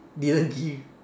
didn't give